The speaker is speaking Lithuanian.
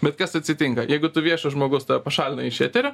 bet kas atsitinka jeigu tu viešas žmogus tave pašalina iš eterio